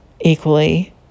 equally